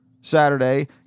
Saturday